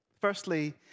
Firstly